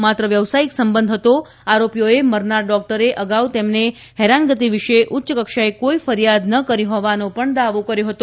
માત્ર વ્યવસાયિક સંબંધ હતો આરોપીઓએ મરનાર ડોકટરે અગાઉ તેમને હેરાનગતી વિશે ઉચ્ચ કક્ષાએ કોઇ ફરિયાદ ન કરી હોવાનો પણ દાવો કર્યો હતો